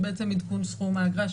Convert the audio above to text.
זה בעצם עדכון סכום האגרה,